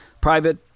private